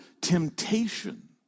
temptation